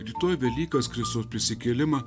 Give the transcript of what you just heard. rytoj velykas kristaus prisikėlimą